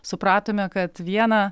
supratome kad vieną